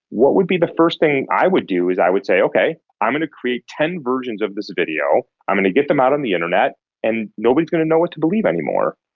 what would be the first thing i would do is i would say, okay, i'm going to create ten versions of this video, i'm going to get them out on the internet and nobody is going to know what to believe any more.